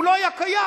הוא לא היה קיים.